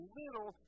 little